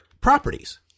properties